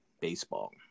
baseball